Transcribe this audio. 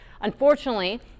Unfortunately